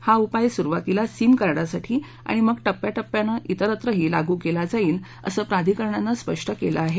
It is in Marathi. हा उपाय सुरुवातीला सिम कार्डांसाठी आणि मग टप्प्याटप्प्यानं इतरत्रही लागू केला जाईल असं प्राधिकरणानं स्पष्ट केलं आहे